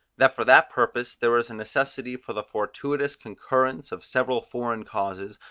that for that purpose there was a necessity for the fortuitous concurrence of several foreign causes,